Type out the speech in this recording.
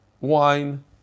wine